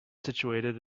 situated